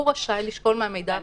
הוא רשאי לשקול מהמידע הפלילי.